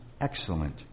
excellent